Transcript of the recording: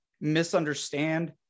misunderstand